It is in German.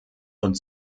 und